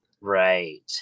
Right